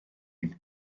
ein